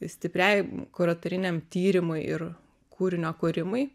stipriai kuratoriniam tyrimui ir kūrinio kūrimui